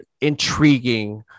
intriguing